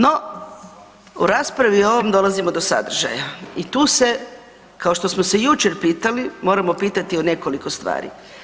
No, u raspravi o ovom dolazimo do sadržaja i tu se kao što smo se jučer pitali, moramo pitati o nekoliko stvari.